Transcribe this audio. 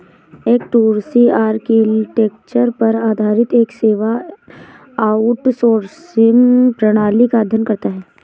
F two C architecture पर आधारित एक सेवा आउटसोर्सिंग प्रणाली का अध्ययन करता है